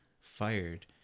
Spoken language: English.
fired